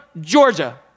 Georgia